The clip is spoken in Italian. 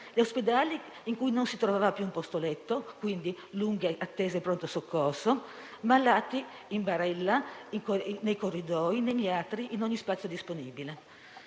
influenzali: non si trovava più un posto letto e, quindi, si avevano lunghe attese ai pronto soccorso, malati in barella, nei corridoi, negli atri, in ogni spazio disponibile.